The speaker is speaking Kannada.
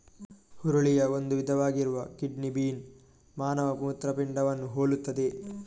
ಹುರುಳಿಯ ಒಂದು ವಿಧವಾಗಿರುವ ಕಿಡ್ನಿ ಬೀನ್ ಮಾನವ ಮೂತ್ರಪಿಂಡವನ್ನು ಹೋಲುತ್ತದೆ